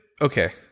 okay